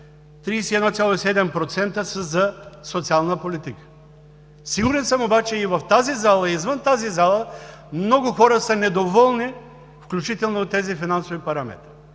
са за социална политика. Сигурен съм обаче, че и в тази зала, и извън тази зала много хора са недоволни включително и от тези финансови параметри.